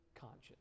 conscience